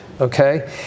okay